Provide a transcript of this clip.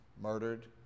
murdered